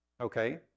Okay